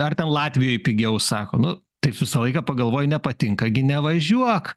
ar ten latvijoj pigiau sako nu taip visą laiką pagalvoji nepatinka gi nevažiuok